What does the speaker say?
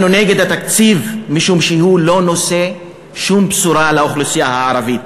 אנחנו נגד התקציב משום שהוא לא נושא שום בשורה לאוכלוסייה הערבית,